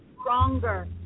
stronger